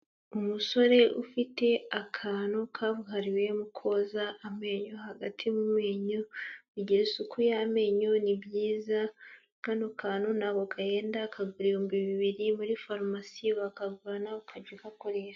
Umusore ufite akantu kabuhariwe mu koza amenyo hagati mu menyo, kugira isuku y'amenyo ni byiza, kano kantu ntabwo gahenda kagura ibihumbi bibiri muri farumasi, wakagura nawe ukajya ugakoresha.